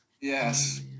Yes